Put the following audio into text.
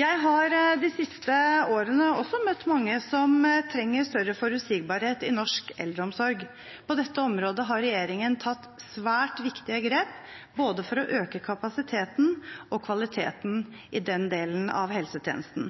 Jeg har de siste årene også møtt mange som trenger større forutsigbarhet i norsk eldreomsorg. På dette området har regjeringen tatt svært viktige grep for å øke både kapasiteten og kvaliteten i den delen av helsetjenesten.